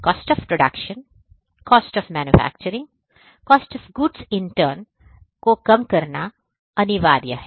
Cost of production the cost of manufacturing the cost of the goods in turn को कम करना अनिवार्य है